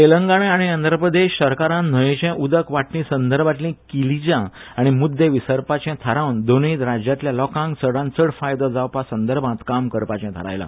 तेलंगणा आनी आंध्रप्रदेश सरकारान न्हंयचे उदक वाटणी संदर्भांतली किलीजा आनी मूद्दे विसरपाचे थारावन दोनूय राज्यातल्या लोकांक चाडनचड फायदो जावपा संदर्भांत काम करपाचे थारायला